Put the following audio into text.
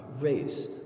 race